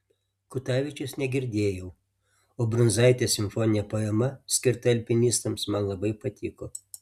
kutavičiaus negirdėjau o brundzaitės simfoninė poema skirta alpinistams man labai patiko